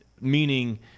meaning